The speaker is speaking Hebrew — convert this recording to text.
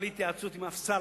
בלי התייעצות עם שום שר,